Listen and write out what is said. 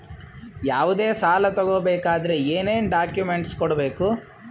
ಯಾವುದೇ ಸಾಲ ತಗೊ ಬೇಕಾದ್ರೆ ಏನೇನ್ ಡಾಕ್ಯೂಮೆಂಟ್ಸ್ ಕೊಡಬೇಕು?